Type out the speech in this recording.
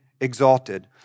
exalted